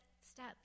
step